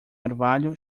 orvalho